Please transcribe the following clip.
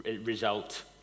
result